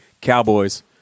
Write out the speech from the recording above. cowboys